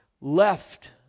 left